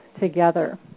together